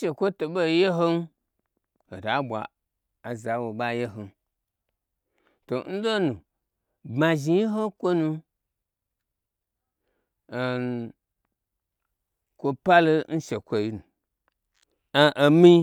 shekwo tobe ye hom hota bwa oza n wo ɓa ye hom to n lonu bma zhni ho n kwonu kwo palo n shekwoyi nu am omi.